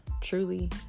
truly